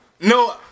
No